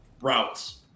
routes